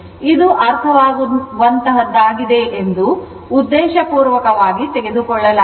ಆದ್ದರಿಂದ ಇದು ಅರ್ಥವಾಗುವಂತಹದ್ದಾಗಿದೆ ಎಂದು ಉದ್ದೇಶಪೂರ್ವಕವಾಗಿ ತೆಗೆದುಕೊಳ್ಳಲಾಗಿದೆ